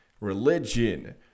religion